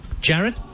Jared